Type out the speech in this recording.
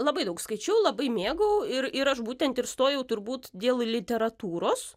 labai daug skaičiau labai mėgau ir ir aš būtent ir stojau turbūt dėl literatūros